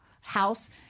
house